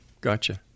gotcha